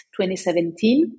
2017